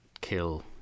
kill